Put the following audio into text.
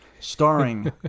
Starring